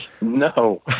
No